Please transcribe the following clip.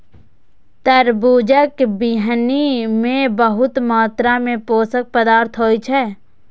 तरबूजक बीहनि मे बहुत मात्रा मे पोषक पदार्थ होइ छै